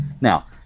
Now